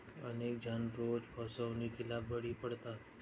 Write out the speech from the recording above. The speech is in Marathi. अनेक जण रोज फसवणुकीला बळी पडतात